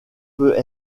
peut